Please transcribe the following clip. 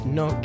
no